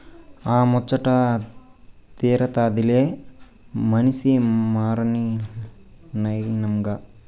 ఆ ముచ్చటా తీరతాదిలే మనసి మరమనినైనంక